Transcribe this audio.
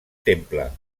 temple